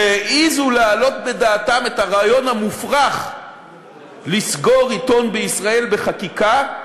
שהעזו להעלות בדעתם את הרעיון המופרך לסגור עיתון בישראל בחקיקה,